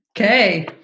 okay